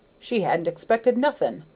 she hadn't expected nothing,